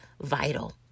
vital